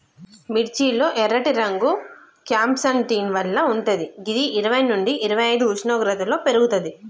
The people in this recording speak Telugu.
మిర్చి లో ఎర్రటి రంగు క్యాంప్సాంటిన్ వల్ల వుంటది గిది ఇరవై నుండి ఇరవైఐదు ఉష్ణోగ్రతలో పెర్గుతది